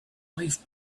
wife